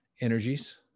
energies